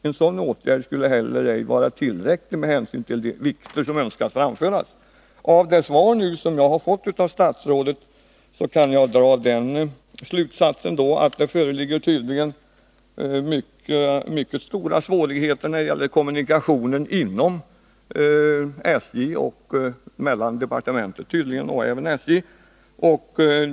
En sådan åtgärd skulle heller ej vara tillräcklig med hänsyn till de vikter som önskas framföras.” Av det svar jag fått av statsrådet kan jag dra den slutsatsen att det tydligen föreligger mycket stora svårigheter när det gäller kommunikationen inom SJ och mellan departementet och SJ.